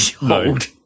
hold